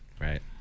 right